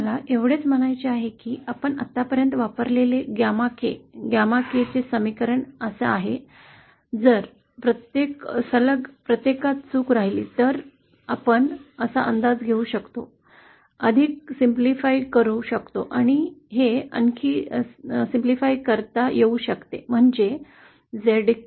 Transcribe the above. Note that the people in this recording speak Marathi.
मला एवढेच म्हणायचे आहे की आपण आतापर्यंत वापरलेला गॅमा के गॅमा केचा समीकरण असा आहे आणि जर प्रत्येक सलग प्रत्येकात चूक राहिली तर आपण असा अंदाज घेऊ शकतो अधिक सोपा करू शकतो आणि हे आणखी सोपे करता येऊ शकते म्हणजे zk आणि zk1